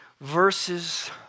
verses